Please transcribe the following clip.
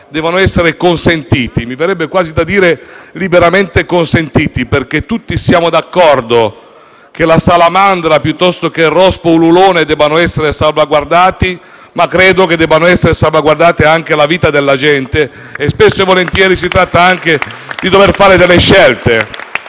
devono essere consentiti. Mi verrebbe quasi da dire liberamente consentiti, perché tutti siamo d'accordo che la salamandra piuttosto che il rospo ululone debbano essere salvaguardati, ma credo che debba essere salvaguardata anche la vita della gente e spesso e volentieri si tratta di dover fare delle scelte